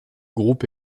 groupe